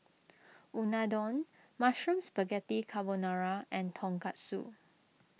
Unadon Mushroom Spaghetti Carbonara and Tonkatsu